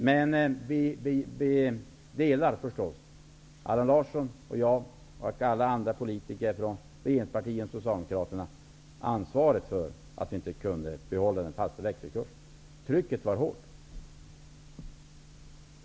Men vi alla - Allan Larsson, jag och alla andra politiker från regeringspartierna och Socialdemokraterna - delar ansvaret för att vi inte kunde behålla den fasta växelkursen. Trycket var hårt.